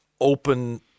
open